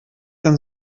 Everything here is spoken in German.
denn